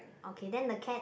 okay then the Cat